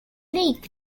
league